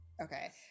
Okay